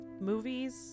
Movies